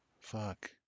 Fuck